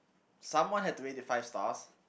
someone has to rate it five stars